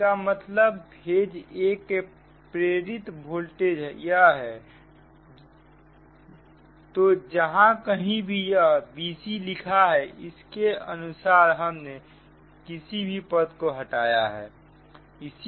इसका मतलब phase a का प्रेरित वोल्टेज यह है तो जहां कहीं भी यह b c लिखा है उसी के अनुसार हमने किसी भी पद को हटाया है